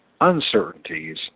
uncertainties